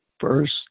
first